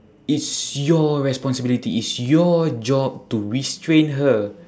it's your responsibility it's your job to restrain her